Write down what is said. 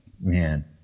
man